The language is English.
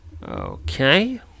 Okay